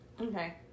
okay